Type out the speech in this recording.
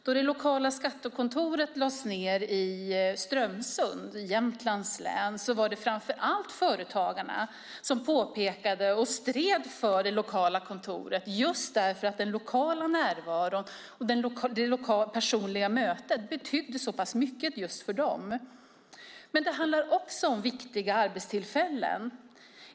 Då det lokala skattekontoret lades ned i Strömsund i Jämtlands län var det framför allt företagarna som påpekade detta och stred för det lokala kontoret just därför att den lokala närvaron och det personliga mötet betydde så mycket just för dem. Det handlar också om viktiga arbetstillfällen.